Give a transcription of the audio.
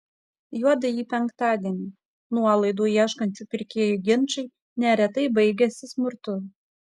juodąjį penktadienį nuolaidų ieškančių pirkėjų ginčai neretai baigiasi smurtu